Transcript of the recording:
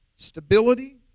Stability